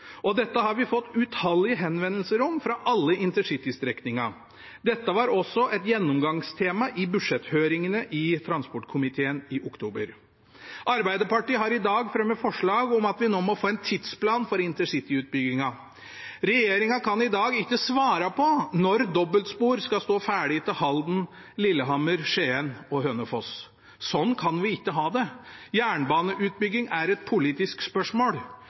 og dette har vi fått utallige henvendelser om fra alle intercitystrekningene. Dette var også et gjennomgangstema i budsjetthøringene i transportkomiteen i oktober. Arbeiderpartiet har i dag fremmet forslag om at vi nå må få en tidsplan for intercityutbyggingen. Regjeringen kan i dag ikke svare på når dobbeltspor skal stå ferdig til Halden, Lillehammer, Skien og Hønefoss. Sånn kan vi ikke ha det. Jernbaneutbygging er et politisk spørsmål